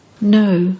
no